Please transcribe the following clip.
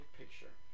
picture